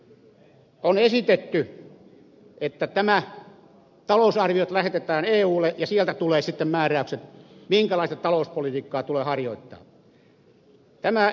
on esitetty että talousarviot lähetetään eulle ja sieltä tulee sitten määräykset minkälaista talouspolitiikkaa tulee harjoittaa